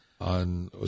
on